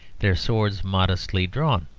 their swords modestly drawn.